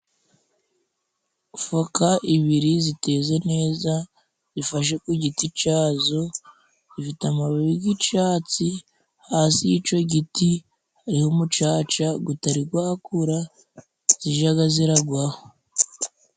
Foka ibiri ziteze neza zifashe ku giti cyazo zifite amababi g'icyatsi. Hasi y'ico giti hariho umucaca gutarigwakura zijaga ziragwaho.